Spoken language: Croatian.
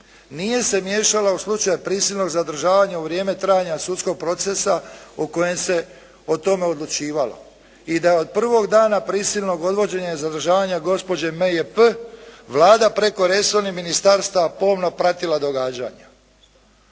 nije se miješala u slučaj prisilnog zadržavanja u vrijeme trajanja sudskog procesa u kojem se o tome odlučivalo i da je od prvog dana prisilnog odvođenja i zadržavanja gospođe M.J.P. Vlada preko resornih ministarstava pomno pratila događanja.